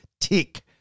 tick